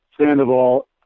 Sandoval